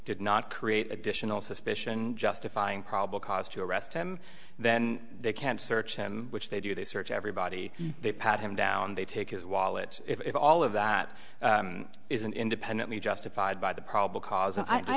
did not create additional suspicion justifying probable cause to arrest him then they can search him which they do they search everybody they pat him down they take his wallet if all of that is an independently justified by the probable cause